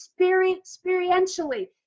experientially